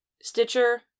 Stitcher